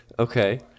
Okay